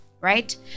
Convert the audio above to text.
right